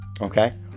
Okay